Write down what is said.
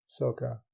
Soka